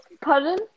Pardon